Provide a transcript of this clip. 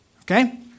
okay